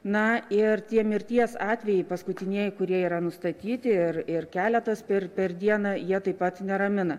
na ir tie mirties atvejai paskutinieji kurie yra nustatyti ir ir keletas per per dieną jie taip pat neramina